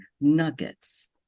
nuggets